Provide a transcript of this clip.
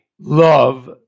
love